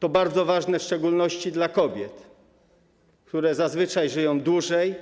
To bardzo ważne w szczególności dla kobiet, które zazwyczaj żyją dłużej